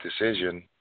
decision